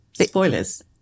Spoilers